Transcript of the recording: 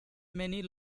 many